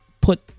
put